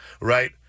right